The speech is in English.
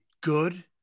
good